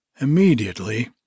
Immediately